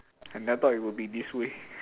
I never thought it would be this way